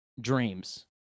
dreams